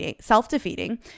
self-defeating